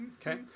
okay